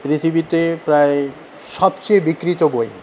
পৃথিবীতে প্রায় সবচেয়ে বিক্রিত বই